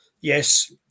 yes